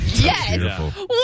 Yes